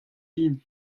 int